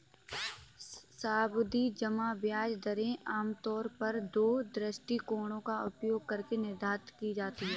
सावधि जमा ब्याज दरें आमतौर पर दो दृष्टिकोणों का उपयोग करके निर्धारित की जाती है